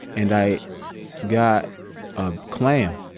and i got a clam.